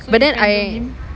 but then I